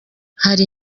hari